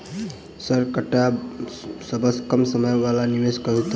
Sir एकटा सबसँ कम समय वला निवेश कहु तऽ?